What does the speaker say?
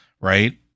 Right